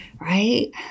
Right